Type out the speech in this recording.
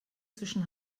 zwischen